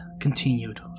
continued